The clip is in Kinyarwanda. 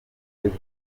ariko